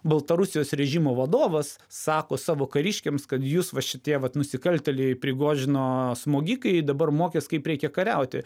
baltarusijos režimo vadovas sako savo kariškiams kad jus va šitie vat nusikaltėliai prigožino smogikai dabar mokys kaip reikia kariauti